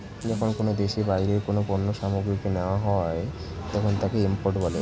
যখন কোনো দেশে বাইরের কোনো পণ্য সামগ্রীকে নেওয়া হয় তাকে ইম্পোর্ট বলে